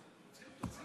תוציאו, תוציאו.